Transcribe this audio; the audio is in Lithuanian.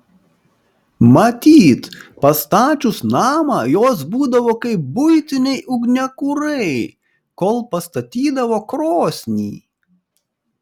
matyt pastačius namą jos būdavo kaip buitiniai ugniakurai kol pastatydavo krosnį